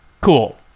cool